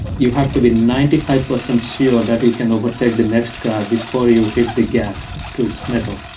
you have to be ninety five percent sure that you can overtake the next car before you hit the gas to its mettle.